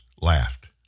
laughed